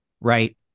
right